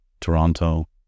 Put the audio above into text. Toronto